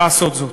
לעשות זאת.